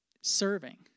serving